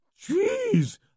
jeez